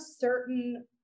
certain